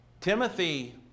Timothy